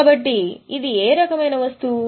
కాబట్టి ఇది ఏ రకమైన వస్తువు